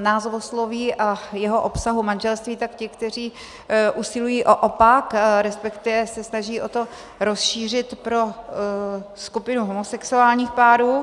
názvosloví a jeho obsahu manželství, tak ti, kteří usilují o opak, resp. se snaží o to, rozšířit pro skupinu homosexuálních párů.